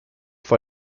vor